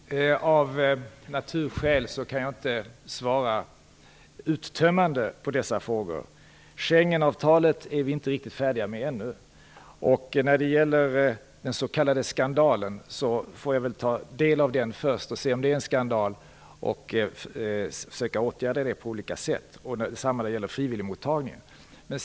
Fru talman! Av naturliga skäl kan jag inte svara uttömmande på dessa frågor. Vi är inte riktigt färdiga med Schengenavtalet ännu. När det gäller den s.k. skandalen måste jag ta del av den först och se om det är en skandal och i så fall på olika sätt försöka att åtgärda den. Detsamma gäller frivilligmottagningen.